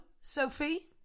Sophie